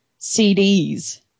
CDs